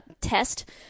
test